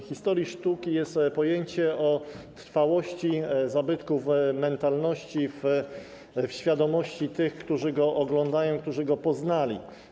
W historii sztuki jest pojęcie trwałości zabytku w mentalności, w świadomości tych, którzy go oglądają, którzy go poznali.